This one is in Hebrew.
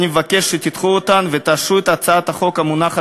אני מבקש שתדחו אותן ותאשרו את הצעת החוק המונחת